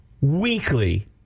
weekly